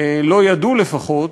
לא ידעו, לפחות,